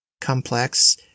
complex